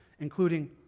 including